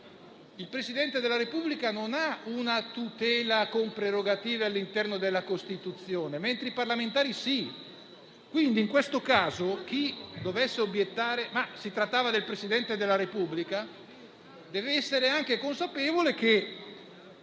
il Presidente della Repubblica non ha una tutela con prerogative all'interno della Costituzione, mentre i parlamentari sì. Quindi, in questo caso, chi dovesse obiettare che si trattava del Presidente della Repubblica, deve essere anche consapevole che